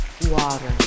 water